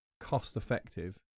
cost-effective